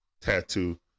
tattoo